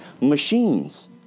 machines